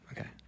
Okay